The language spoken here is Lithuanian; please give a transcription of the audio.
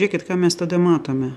žiūrėkit ką mes tada matome